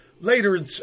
later